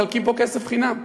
מחלקים פה כסף חינם.